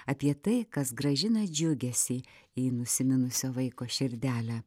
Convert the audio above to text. apie tai kas grąžina džiugesį į nusiminusią vaiko širdelę